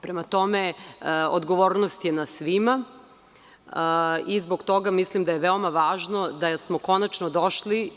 Prema tome, odgovornost je na svima i zbog toga mislim da je veoma važno da smo konačno došli.